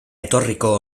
etorriko